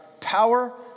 power